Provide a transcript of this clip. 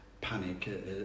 panic